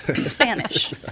Spanish